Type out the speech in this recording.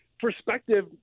perspective